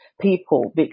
people